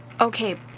Okay